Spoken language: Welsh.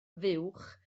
fuwch